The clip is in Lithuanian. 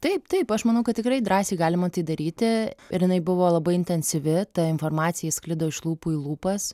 taip taip aš manau kad tikrai drąsiai galima tai daryti ir jinai buvo labai intensyvi ta informacija ji sklido iš lūpų į lūpas